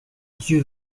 dieu